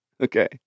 Okay